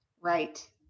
Right